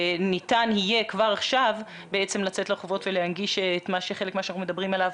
וניתן יהיה כבר עכשיו לצאת לרחובות ולהנגיש חלק ממה שאנחנו מדברים עליו.